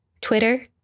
Twitter